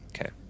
Okay